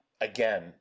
again –